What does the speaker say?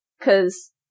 Cause